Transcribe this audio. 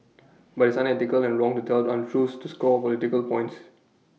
but it's unethical and wrong to tell untruths to score political points